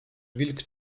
wilk